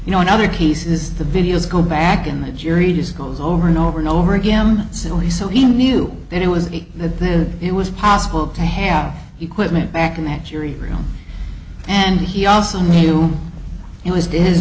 you know in other cases the videos go back in the jury just goes over and over and over again silly so he knew it was there it was possible to have equipment back in that jury room and he also knew it was to his